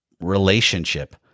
relationship